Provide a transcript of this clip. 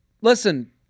listen